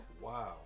Wow